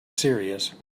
serious